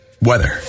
weather